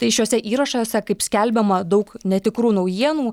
tai šiuose įrašuose kaip skelbiama daug netikrų naujienų